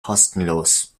kostenlos